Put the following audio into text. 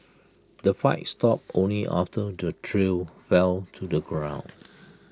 the fight stopped only after the trio fell to the ground